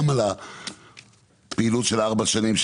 גם על פעילות של ארבע שנים,